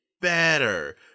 better